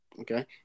Okay